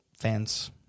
Fans